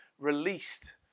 released